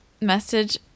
message